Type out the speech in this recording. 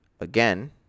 Again